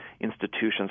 institutions